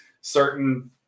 certain